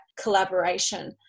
collaboration